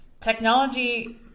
Technology